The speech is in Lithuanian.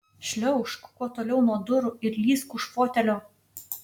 šliaužk kuo toliau nuo durų ir lįsk už fotelio